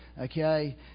Okay